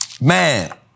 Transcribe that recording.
man